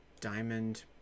diamond